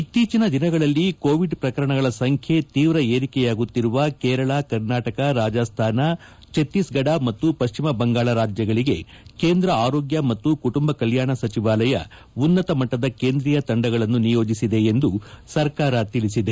ಇತ್ತೀಚಿನ ದಿನಗಳಲ್ಲಿ ಕೋವಿಡ್ ಪ್ರಕರಣಗಳ ಸಂಖ್ಯೆ ತೀವ್ರ ಏರಿಕೆಯಾಗುತ್ತಿರುವ ಕೇರಳ ಕರ್ನಾಟಕ ರಾಜಸ್ಥಾನ ಚತ್ತೀಸ್ಗಢ ಮತ್ತು ಪಶ್ಚಿಮ ಬಂಗಾಳ ರಾಜ್ಯಗಳಿಗೆ ಕೇಂದ್ರ ಆರೋಗ್ಯ ಮತ್ತು ಕುಟುಂಬ ಕಲ್ಯಾಣ ಸಚಿವಾಲಯ ಉನ್ನತ ಮಟ್ವದ ಕೇಂದ್ರೀಯ ತಂಡಗಳನ್ನು ನಿಯೋಜಿಸಿದೆ ಎಂದು ಸರ್ಕಾರ ತಿಳಿಸಿದೆ